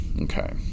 Okay